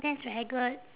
that's very good